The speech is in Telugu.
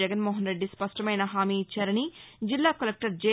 జగన్మోహన్రెడ్డి స్పష్టమైన హామీ ఇచ్చారని జిల్లా కలెక్టర్ జె